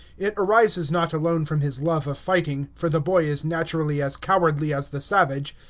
it arises not alone from his love of fighting, for the boy is naturally as cowardly as the savage,